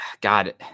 God